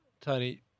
Tony